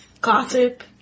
gossip